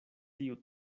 tiu